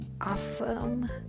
awesome